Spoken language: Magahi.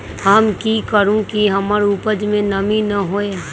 हम की करू की हमर उपज में नमी न होए?